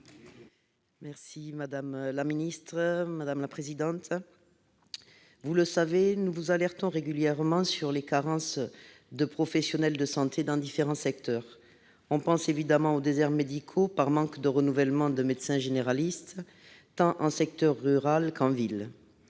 et de la santé :« Madame la ministre, nous vous alertons régulièrement sur les carences en matière de professionnels de santé dans différents secteurs. On pense évidemment aux déserts médicaux dus au manque de renouvellement des médecins généralistes tant en secteur rural qu'en ville